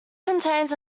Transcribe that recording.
contains